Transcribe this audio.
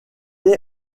est